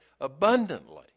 abundantly